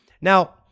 Now